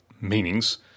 meanings